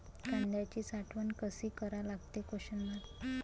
कांद्याची साठवन कसी करा लागते?